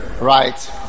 Right